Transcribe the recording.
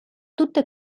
tutte